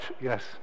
yes